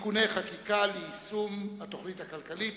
(תיקוני חקיקה ליישום התוכנית הכלכלית